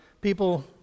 people